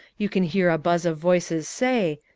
you can hear a buzz of voices say,